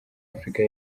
afrika